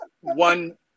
one –